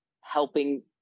helping